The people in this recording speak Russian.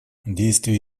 действия